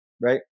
right